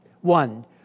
One